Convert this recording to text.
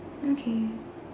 okay